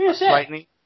lightning